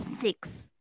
six